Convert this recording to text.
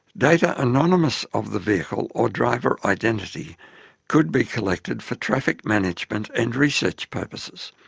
data anonymous of the vehicle or driver identity could be collected for traffic management and research purposes.